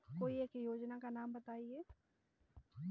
कोई एक योजना का नाम बताएँ?